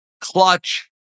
clutch